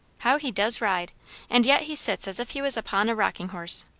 how he does ride and yet he sits as if he was upon a rocking-horse.